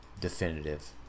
Definitive